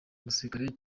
umusirikare